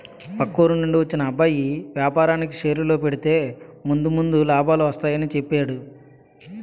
పక్క ఊరి నుండి వచ్చిన అబ్బాయి వేపారానికి షేర్లలో పెడితే ముందు ముందు లాభాలు వస్తాయని చెప్పేడు